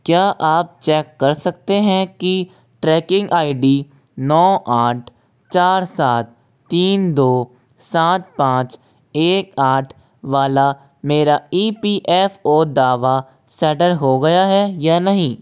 क्या आप चेक कर सकते हैं कि ट्रैकिंग आई डी नौ आठ चार सात तीन दो सात पाँच एक आठ वाला मेरा ई पी एफ ओ दावा सैटल हो गया है या नहीं